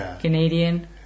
Canadian